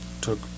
took